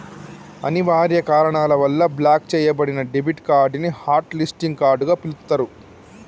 అనివార్య కారణాల వల్ల బ్లాక్ చెయ్యబడిన డెబిట్ కార్డ్ ని హాట్ లిస్టింగ్ కార్డ్ గా పిలుత్తరు